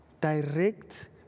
Direct